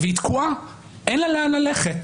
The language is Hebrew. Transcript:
היא תקועה, אין לה לאן ללכת.